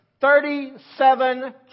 Thirty-seven